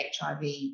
HIV